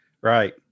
right